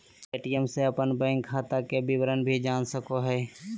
ATM से अपन bank खाता के विवरण भी जान सको हिये